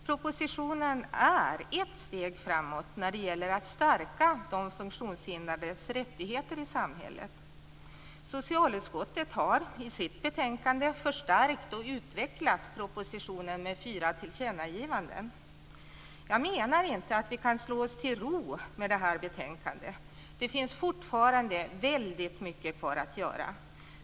Propositionen är ett steg framåt när det gäller att stärka de funktionshindrades rättigheter i samhället. Socialutskottet har i sitt betänkande förstärkt och utvecklat propositionen med fyra tillkännagivanden. Jag menar inte att vi kan slå oss till ro med det här betänkandet. Det finns fortfarande väldigt mycket kvar att göra.